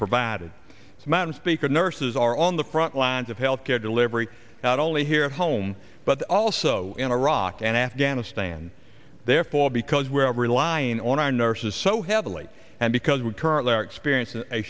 provided mountains because nurses are on the front lines of health care delivery not only here at home but also in iraq and afghanistan therefore because we're relying on our nurses so heavily and because we currently are experiencing a